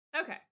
Okay